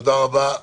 תודה רבה.